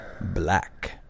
black